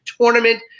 Tournament